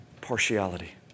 partiality